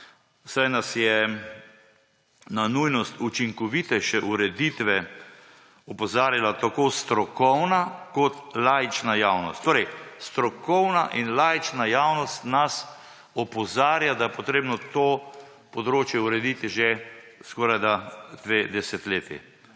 saj nas je na nujnost učinkovitejše ureditve opozarjala tako strokovna kot laična javnost. Torej, strokovna in laična javnost nas opozarja, da je potrebno to področje urediti že skorajda dve desetletji.